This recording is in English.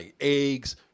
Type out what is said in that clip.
eggs